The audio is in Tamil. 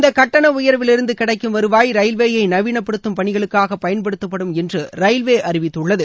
இந்தக் கட்டண உயர்விலிருந்து கிடைக்கும் வருவாய் ரயில்வேயை நவீனப்படுத்தும் பணிகளுக்காக பயன்படுத்தப்படும் என்று ரயில்வே அறிவித்துள்ளது